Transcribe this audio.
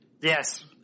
yes